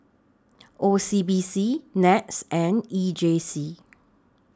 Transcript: O C B C Nets and E J C